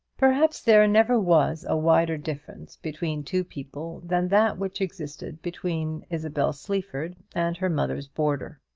perhaps there never was a wider difference between two people than that which existed between isabel sleaford and her mother's boarder.